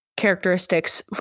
characteristics